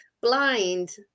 blind